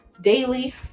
Daily